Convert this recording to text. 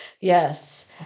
yes